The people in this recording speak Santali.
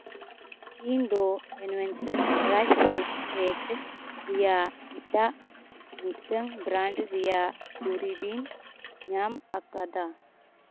ᱤᱧ ᱫᱚ ᱮᱱᱵᱷᱮᱱᱥᱮᱱ ᱰᱨᱟᱭ ᱯᱷᱨᱩᱴ ᱯᱮᱠ ᱨᱮᱭᱟᱜ ᱮᱴᱟᱜ ᱢᱤᱫᱴᱟᱹᱝ ᱵᱨᱟᱱᱰ ᱨᱮᱭᱟᱜ ᱫᱩᱨᱤᱵᱤᱧ ᱧᱟᱢ ᱟᱠᱟᱫᱟ